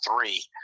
three